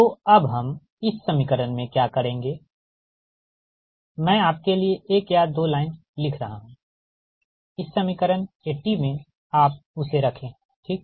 तो अब हम इस समीकरण में क्या करेंगे मैं आपके लिए एक या दो लाइन लिख रहा हूँ इस समीकरण 80 में आप उसे रखें ठीक